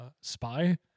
spy